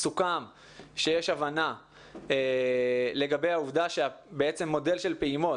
מודל של פעימות,